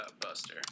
buster